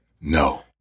No